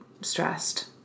stressed